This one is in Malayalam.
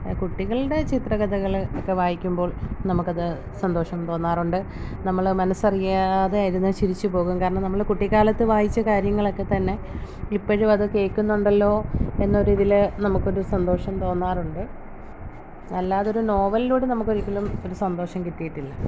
കുട്ടികളുടെ ചിത്രകഥകൾ ഒക്കെ വായിക്കുമ്പോൾ നമുക്കത് സന്തോഷം തോന്നാറുണ്ട് നമ്മൾ മനസ്സറിയാതെ ഇരുന്ന് ചിരിച്ചു പോകും കാരണം നമ്മൾ കുട്ടിക്കാലത്ത് വായിച്ച കാര്യങ്ങളക്കെത്തന്നെ ഇപ്പോഴുമത് കേൾക്കുന്നുണ്ടല്ലോ എന്നൊരിതിൽ നമുക്കൊരു സന്തോഷം തോന്നാറുണ്ട് അല്ലാതെ ഒരു നോവൽലൂടെ നമുക്കൊരിക്കലും ഒരു സന്തോഷം കിട്ടീട്ടില്ല